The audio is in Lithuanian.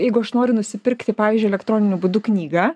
jeigu aš noriu nusipirkti pavyzdžiui elektroniniu būdu knygą